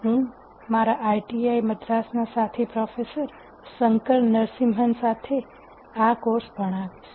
હું મારા આઈઆઈટી મદ્રાસ ના સાથી પ્રોફેસર શંકર નરસિમ્હન સાથે આ કોર્સ ભણાવીશ